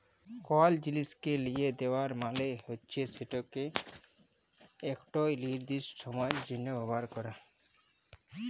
call জিলিসকে লিসে দেওয়া মালে হচ্যে সেটকে একট লিরদিস্ট সময়ের জ্যনহ ব্যাভার ক্যরা